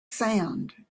sound